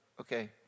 okay